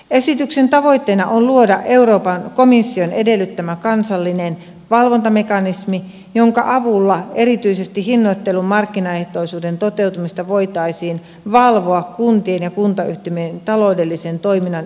esityksen tavoitteena on luoda euroopan komission edellyttämä kansallinen valvontamekanismi jonka avulla erityisesti hinnoittelun markkinaehtoisuuden toteutumista voitaisiin valvoa kuntien ja kuntayhtymien taloudellisen toiminnan yhtiöittämisvelvollisuutta koskevien poikkeusten osalta